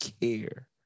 care